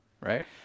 right